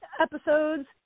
episodes